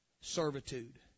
servitude